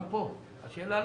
גם כאן אותה שאלה.